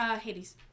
Hades